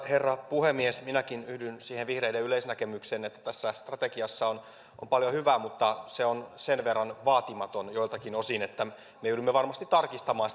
herra puhemies minäkin yhdyn siihen vihreiden yleisnäkemykseen että tässä strategiassa on on paljon hyvää mutta se on sen verran vaatimaton joiltakin osin että me joudumme varmasti tarkistamaan